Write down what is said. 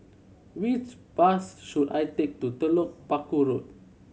which bus should I take to Telok Paku Road